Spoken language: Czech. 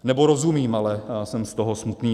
Nebo rozumím, ale jsem z toho smutný.